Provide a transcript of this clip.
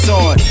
on